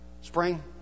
Spring